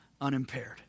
unimpaired